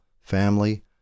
family